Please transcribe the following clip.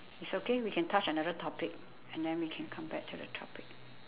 it's okay we can touch another topic and then we can come back to the topic